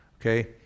Okay